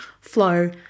flow